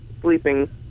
sleeping